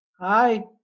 Hi